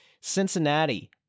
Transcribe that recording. Cincinnati